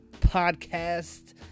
Podcast